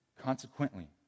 Consequently